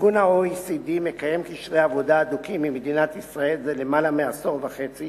ה-OECD מקיים קשרי עבודה הדוקים עם מדינת ישראל זה למעלה מעשור וחצי,